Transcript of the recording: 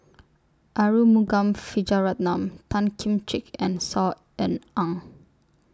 Arumugam Vijiaratnam Tan Kim Ching and Saw Ean Ang